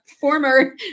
former